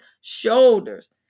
shoulders